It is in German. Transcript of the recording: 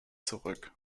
zurück